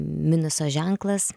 minuso ženklas